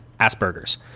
Asperger's